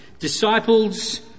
Disciples